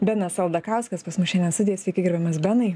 benas aldakauskas pas mus šiandien studijoj sveiki gerbiamas benai